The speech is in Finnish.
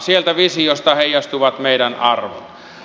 sieltä visiosta heijastuvat meidän arvomme